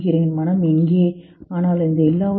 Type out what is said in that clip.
மனம் எங்கே ஆனால் இந்த எல்லாவற்றிலும்